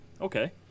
Okay